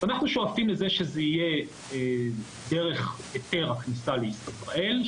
אנחנו שואפים לכך שזה יהיה דרך היתר הכניסה לישראל,